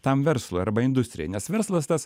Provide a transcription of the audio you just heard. tam verslui arba industrijai nes verslas tas